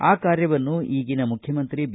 ಆ ಕಾರ್ಯವನ್ನು ಈಗಿನ ಮುಖ್ಯಮಂತ್ರಿ ಬಿ